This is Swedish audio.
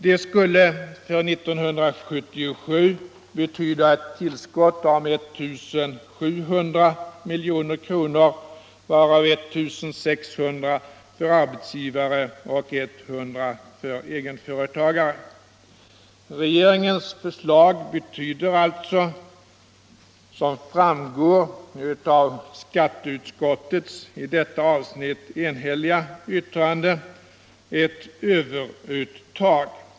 Det skulle för 1977 betyda ett tillskott på 1 700 milj.kr., varav 1 600 för arbetsgivare och 100 för egenföretagare. Som framgår av skatteutskottets i detta avsnitt enhälliga yttrande betyder regeringens förslag alltså ett överuttag.